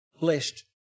blessed